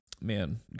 man